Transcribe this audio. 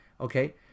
okay